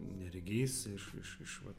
neregiais iš iš iš vat